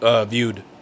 viewed